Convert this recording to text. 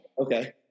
Okay